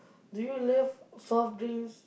do you love soft drinks